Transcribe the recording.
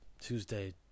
Tuesday